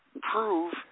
prove